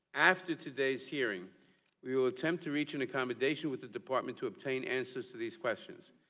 after today's hearing we will attempt to reach an accommodation with the department to obtain answers to these questions.